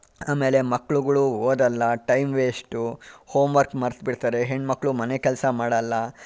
ಆಮೇಲೆ ಮಕ್ಕಳುಗಳು ಓದಲ್ಲ ಟೈಮ್ ವೇಷ್ಟು ಹೋಮ್ ವರ್ಕ್ ಮರೆತ್ಬಿಡ್ತಾರೆ ಹೆಣ್ಣುಮಕ್ಳು ಮನೆ ಕೆಲಸ ಮಾಡಲ್ಲ